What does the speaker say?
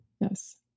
Yes